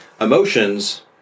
emotions